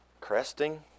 Cresting